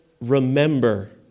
remember